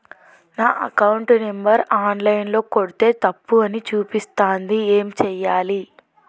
నా account number online ల కొడ్తే తప్పు అని చూపిస్తాంది ఏం చేయాలి?